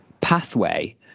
pathway